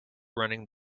running